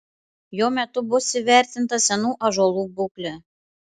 jo metu bus įvertinta senų ąžuolų būklė